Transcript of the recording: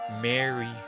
Mary